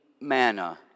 manna